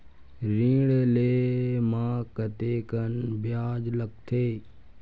ऋण ले म कतेकन ब्याज लगथे?